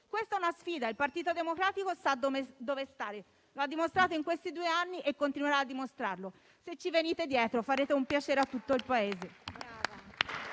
Questa è una sfida. Il Partito Democratico sa dove stare, lo ha dimostrato in questi due anni e continuerà a dimostrarlo. Se ci venite dietro farete un piacere a tutto il Paese.